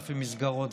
מ-5,000 מסגרות.